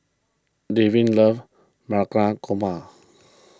Delvin loves Korma